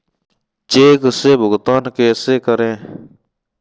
Check से भुगतान कैसे करें?